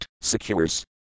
secures